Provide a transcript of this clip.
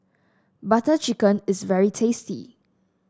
Butter Chicken is very tasty